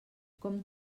com